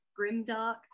grimdark